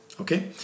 Okay